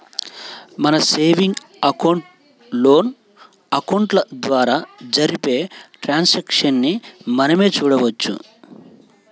మన savings account, loan అకౌంట్ల ద్వారా జరిపే ట్రాన్సాక్షన్స్ ని మనమే చూడొచ్చు